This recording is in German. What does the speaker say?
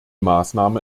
maßnahme